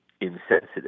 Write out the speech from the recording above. insensitive